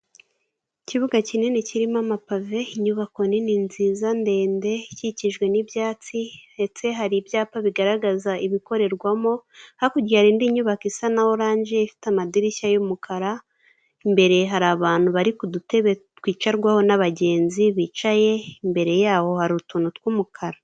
Ikibuga kinini kirimo amapave, inyubako nini nziza ndende ikikijwe n'ibyatsi, ndetse hari ibyapa bigaragaza ibikorerwamo, hakurya hari indi nyubako isa na oranje ifite amadirishya y'umukara, imbere hari abantu bari kudutebe twicarwaho n'abagenzi bicaye, imbere yaho hari utuntu tw'umukara.